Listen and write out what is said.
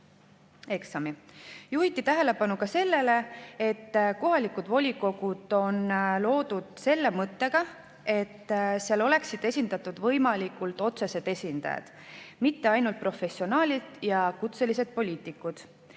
eksami. Juhiti tähelepanu ka sellele, et kohalikud volikogud on loodud selle mõttega, et seal oleksid esindatud võimalikult otsesed esindajad, mitte ainult professionaalid ja kutselised poliitikud.